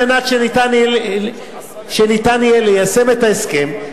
על מנת שניתן יהיה ליישם את ההסכם,